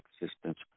existence